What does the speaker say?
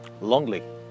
lonely